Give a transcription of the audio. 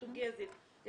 אוקיי.